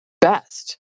best